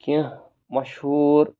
کیٚنٛہہ مشہوٗر